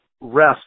rest